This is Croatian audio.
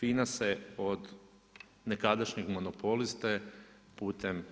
FINA se od nekadašnjeg monopoliste putem